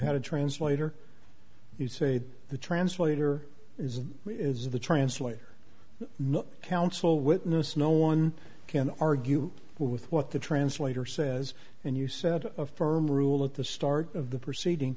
had a translator you say the translator is the translator counsel witness no one can argue with what the translator says and you set a firm rule at the start of the proceeding